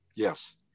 Yes